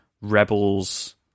Rebels